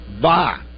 Bye